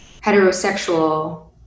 heterosexual